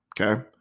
okay